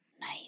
Nice